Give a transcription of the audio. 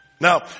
Now